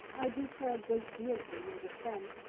i do care a great deal for you as a friend.